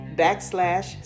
backslash